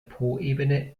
poebene